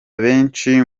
abenshi